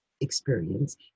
experience